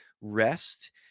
rest